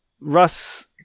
Russ